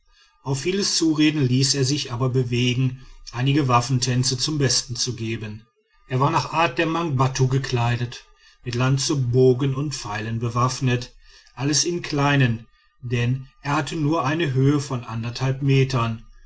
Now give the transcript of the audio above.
auf vieles zureden ließ er sich aber bewegen einige waffentänze zum besten zu geben er war nach art der mangbattu gekleidet mit lanze bogen und pfeilen bewaffnet alles im kleinen denn er hatte nur eine höhe von anderthalb metern